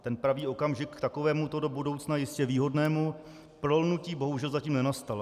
Ten pravý okamžik k takovémuto do budoucna jistě výhodnému prolnutí bohužel zatím nenastal.